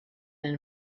and